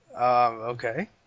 okay